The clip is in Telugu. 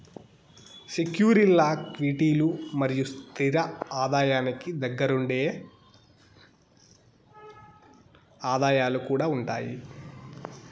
సెక్యూరీల్ల క్విటీలు మరియు స్తిర ఆదాయానికి దగ్గరగుండే ఆదాయాలు కూడా ఉండాయి